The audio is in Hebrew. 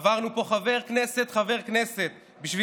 עברנו פה חבר כנסת אחרי חבר כנסת בשביל